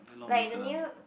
like the new